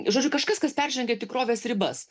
žodžiu kažkas kas peržengia tikrovės ribas